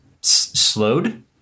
slowed